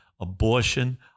abortion